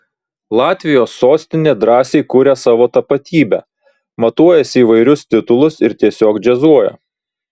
latvijos sostinė drąsiai kuria savo tapatybę matuojasi įvairius titulus ir tiesiog džiazuoja